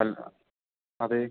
അല്ല അതെ